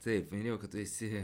taip minėjau kad tu esi